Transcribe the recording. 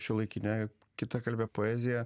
šiuolaikinę kitakalbę poeziją